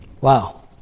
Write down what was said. Wow